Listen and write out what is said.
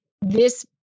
This-